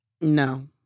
No